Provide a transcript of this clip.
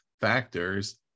factors